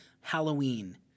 Halloween